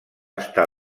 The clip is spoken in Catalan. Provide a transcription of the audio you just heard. estar